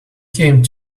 came